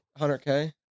100K